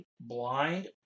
blind